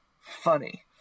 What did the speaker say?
funny